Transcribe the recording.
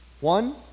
One